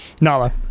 Nala